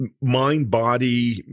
mind-body